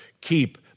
keep